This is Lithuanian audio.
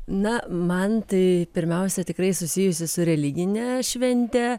na man tai pirmiausia tikrai susijusi su religine švente